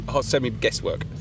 semi-guesswork